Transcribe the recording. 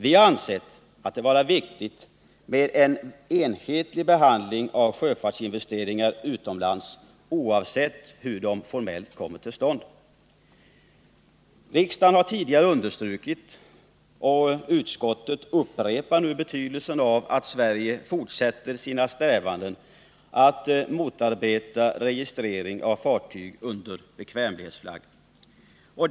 Vi har ansett det vara viktigt med en enhetlig behandling av sjöfartsinvesteringar utomlands, oavsett hur de formellt kommer till stånd. Riksdagen har tidigare understrukit betydelsen av att Sverige fortsätter sina strävanden att motarbeta registrering av fartyg under bekvämlighets flagg. Utskottet upprepar nu detta.